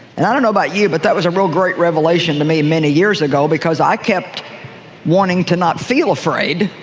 and i don't know about you, but that was a great revelation to me many years ago because i kept wanting to not feel afraid